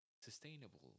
sustainable